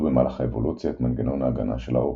במהלך האבולוציה את מנגנון ההגנה של העוקץ.